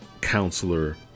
counselor